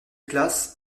classe